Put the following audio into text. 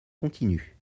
continue